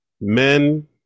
Men